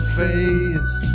face